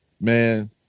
man